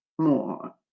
more